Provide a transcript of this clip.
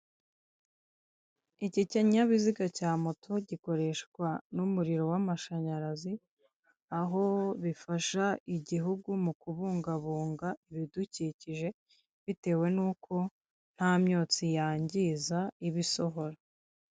Iki kinyabiziga cya moto gikoreshwa n'umuriro w'amashayarazi, aho gifasha igihugu mu kubungabunga ibidukikije, bitewe n'uko ntamyotsi yangiza iba isohora.